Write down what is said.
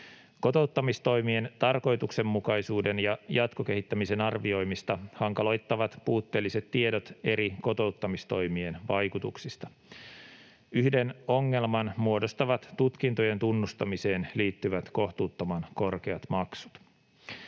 Kotouttamistoimien tarkoituksenmukaisuuden ja jatkokehittämisen arvioimista hankaloittavat puutteelliset tiedot eri kotouttamistoimien vaikutuksista. Yhden ongelman muodostavat tutkintojen tunnustamiseen liittyvät kohtuuttoman korkeat maksut.